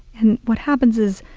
and what happens is,